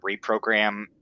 reprogram